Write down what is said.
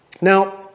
Now